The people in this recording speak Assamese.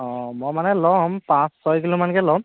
অ মই মানে ল'ম পাঁচ ছয় কিলোমানকে ল'ম